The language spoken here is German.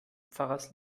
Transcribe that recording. pfarrers